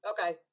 Okay